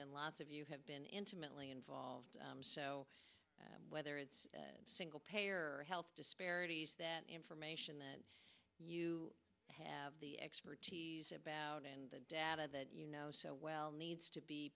and lots of you have been intimately involved whether it's single payer health disparities that information that you have the expertise about and the data that you know so well needs to be